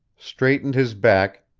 straightened his back,